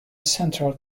central